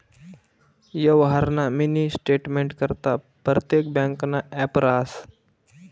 यवहारना मिनी स्टेटमेंटकरता परतेक ब्यांकनं ॲप रहास